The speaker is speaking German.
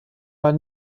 war